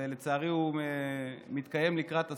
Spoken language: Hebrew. ולצערי הוא מתקיים לקראת הסוף,